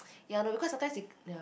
ya no because sometimes ya